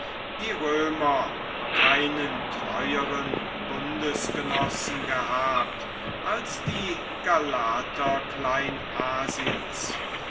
die römer keinen treueren bundesgenossen gehabt als die galater